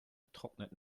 trocknet